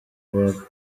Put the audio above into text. rwa